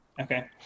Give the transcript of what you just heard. Okay